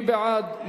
מי בעד?